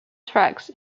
tracks